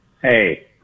Hey